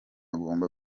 agomba